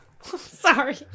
Sorry